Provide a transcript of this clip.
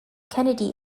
kennedy